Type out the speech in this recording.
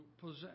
possess